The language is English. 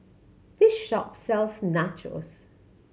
this shop sells Nachos